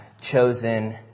chosen